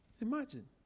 Imagine